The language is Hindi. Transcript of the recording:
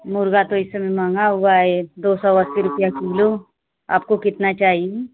मुर्गा तो इस समय महंगा हुआ है दो सौ अस्सी रूपया किलो आपको कितना चाहिए